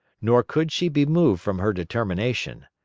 nor could she be moved from her determination.